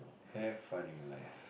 have fun in life